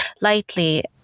lightly